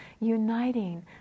uniting